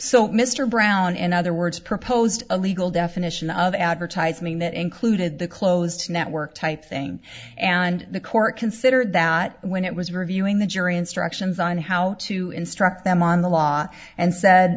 so mr brown in other words proposed a legal definition of advertise mean that included the closed network type thing and the court considered that when it was reviewing the jury instructions on how to instruct them on the law and said